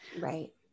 Right